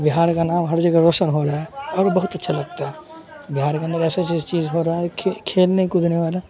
بہار کا نام ہر جگہ روشن ہو رہا ہے اور بہت اچھا لگتا ہے بہار کے اندر ایسے ایسے چیز ہو رہا ہے کہ کھیلنے کودنے والا